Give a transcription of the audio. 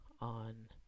on